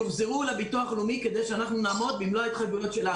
יוחזרו לביטוח הלאומי כדי שנעמוד במלוא התחייבויות שלנו.